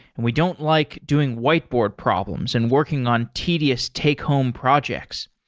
and we don't like doing whiteboard problems and working on tedious take home projects.